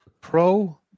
Pro